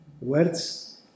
words